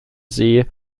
see